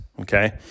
Okay